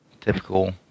typical